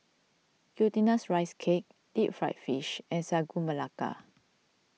Glutinous Rice Cake Deep Fried Fish and Sagu Melaka